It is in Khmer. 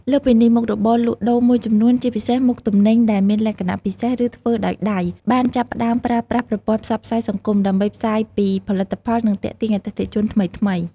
លើសពីនេះ មុខរបរលក់ដូរមួយចំនួន ជាពិសេសមុខទំនិញដែលមានលក្ខណៈពិសេស ឬធ្វើដោយដៃ បានចាប់ផ្ដើមប្រើប្រាស់ប្រព័ន្ធផ្សព្វផ្សាយសង្គម ដើម្បីផ្សាយពីផលិតផល និងទាក់ទាញអតិថិជនថ្មីៗ។